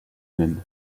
même